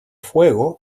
fuego